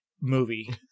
movie